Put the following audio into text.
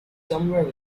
somewhere